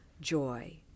joy